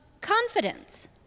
confidence